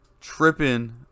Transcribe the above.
tripping